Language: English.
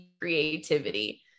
creativity